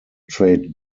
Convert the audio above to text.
trade